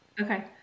Okay